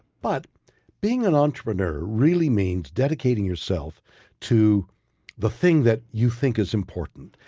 but being an entrepreneur really means dedicating yourself to the thing that you think is important.